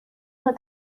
نوع